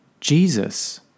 Jesus